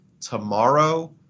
tomorrow